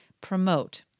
Promote